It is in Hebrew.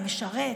המשרת,